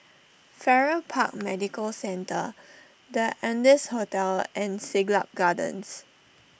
Farrer Park Medical Centre the Ardennes Hotel and Siglap Gardens